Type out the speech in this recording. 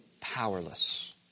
powerless